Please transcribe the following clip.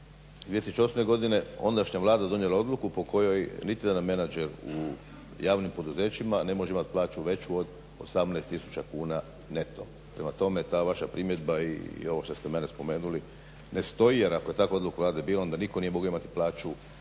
mi 2008. godine ondašnja Vlada je donijela odluku po kojoj niti jedan menadžer u javnim poduzećima ne može imati plaću veću od 18 tisuća kuna neto. Prema tome ta vaša primjedba i ovo što ste mene spomenuli ne stoji jer ako je takva odluka Vlade bila onda nitko nije mogao imati plaću